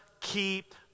keep